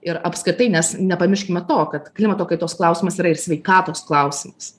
ir apskritai nes nepamirškime to kad klimato kaitos klausimas yra ir sveikatos klausimas